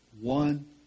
One